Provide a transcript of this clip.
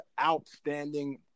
outstanding